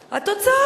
התוצאות.